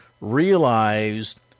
realized